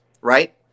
right